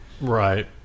Right